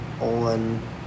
on